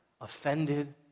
offended